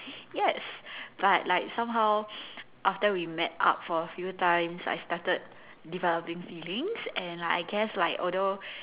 yes but like somehow after we met up for a few times I started developing feelings and I guess like although